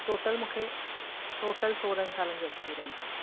total मूंखे total सोरहंनि सालनि जो एक्स्पीरियंस आहे